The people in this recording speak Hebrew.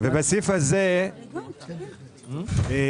ובסעיף הזה, שלומית.